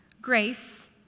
Grace